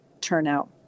turnout